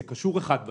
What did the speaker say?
זה קשור זה לזה.